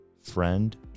friend